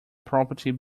property